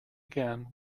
again